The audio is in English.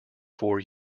four